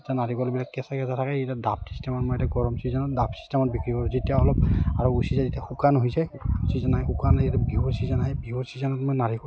এতিয়া নাৰিকলবিলাক কেঁচা কেঁচা থাকে এতিয়া ডাব চিষ্টেমত মই এতিয়া গৰম চিজন ডাব চিষ্টেমত বিক্ৰী কৰোঁ যেতিয়া অলপ আৰু উচি যায় তেতিয়া শুকান হৈ যায় নাই যেতিয়া বিহুৰ চিজন আহে বিহুৰ চিজনত মই নাৰিকল